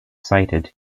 cited